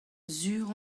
sur